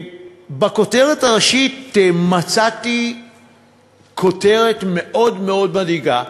בכותרת הראשית, מצאתי כותרת מאוד מאוד מדאיגה,